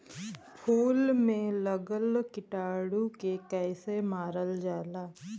फूल में लगल कीटाणु के कैसे मारल जाला?